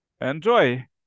Enjoy